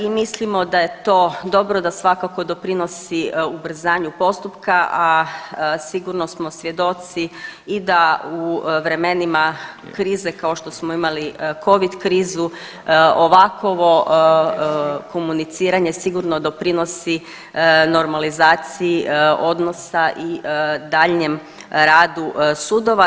I mislimo da je to dobro da svakako doprinosi ubrzanju postupka, a sigurno smo svjedoci i da u vremenima krize kao što smo imali Covid krizu ovakovo komuniciranje sigurno doprinosi normalizaciji odnosa i daljnjem radu sudova.